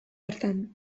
hartan